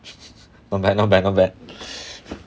not bad not bad not bad